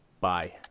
bye